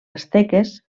asteques